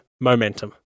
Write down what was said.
momentum